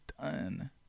done